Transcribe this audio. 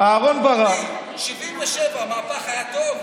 אהרן ברק, דודי, 1977, המהפך היה טוב?